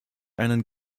einen